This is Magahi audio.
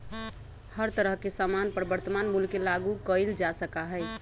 हर तरह के सामान पर वर्तमान मूल्य के लागू कइल जा सका हई